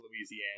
Louisiana